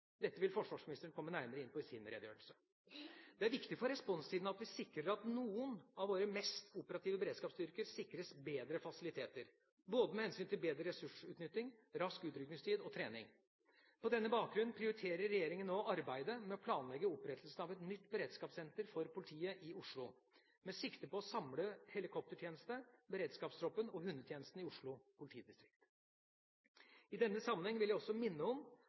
Dette vil forsvarsministeren komme nærmere inn på i sin redegjørelse. Det er viktig for responstida at vi sikrer at noen av våre mest operative beredskapsstyrker sikres bedre fasiliteter, med hensyn til både bedre ressursutnytting, rask utrykningstid og trening. På denne bakgrunn prioriterer regjeringa nå arbeidet med å planlegge opprettelsen av et nytt beredskapssenter for politiet i Oslo med sikte på å samle helikoptertjeneste, beredskapstroppen og hundetjenesten i Oslo politidistrikt. I denne sammenheng vil jeg også minne om